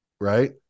Right